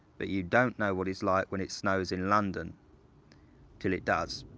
but you don't know what it's like when it snows in london until it does.